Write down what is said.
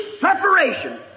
separation